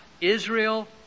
Israel